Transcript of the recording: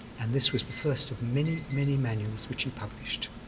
and this was the first of many, many manuals which he published,